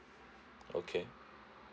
okay